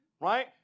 right